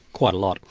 quite a lot,